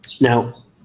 Now